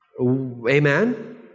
Amen